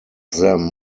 them